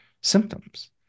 symptoms